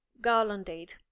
garlanded